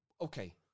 Okay